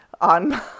on